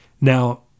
Now